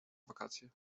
wakacje